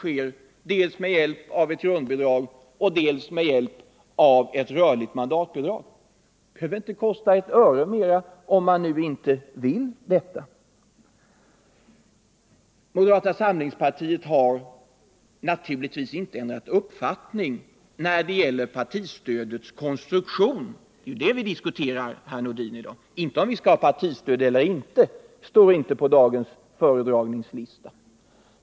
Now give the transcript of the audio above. sker dels med hjälp av ett grundbidrag, dels med hjälp av ett rörligt mandatbidrag. Det behöver inte kosta ett öre mera, om man nu inte vill det. Moderata samlingspartiet har naturligtvis inte ändrat uppfattning när det gäller partistödets konstruktion. Det är den frågan vi diskuterar i dag, herr Nordin, inte om vi skall ha partistöd eller inte — den frågan står inte på dagens föredragningslista.